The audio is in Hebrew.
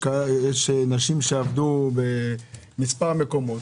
יש נשים שעבדו במספר מקומות,